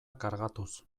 kargatuz